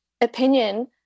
opinion